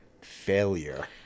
failure